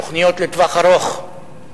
תוכניות לטווח ארוך.